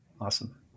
Awesome